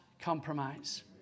compromise